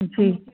जी